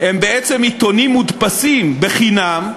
הם בעצם עיתונים מודפסים בחינם,